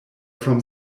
from